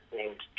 named